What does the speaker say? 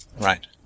right